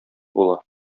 була